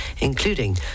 including